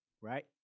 right